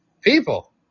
people